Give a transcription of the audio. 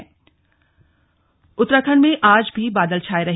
मौसम उत्तराखंड में आज भी बादल छाए रहे